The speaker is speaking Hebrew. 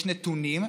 יש נתונים,